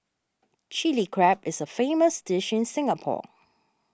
Chilli Crab is a famous dish in Singapore